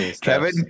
Kevin